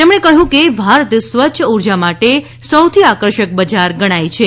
તેમણે કહ્યું કે ભારત સ્વચ્છ ઉર્જા માટે સૌથી આકર્ષક બજાર ગણાય છે